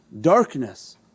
darkness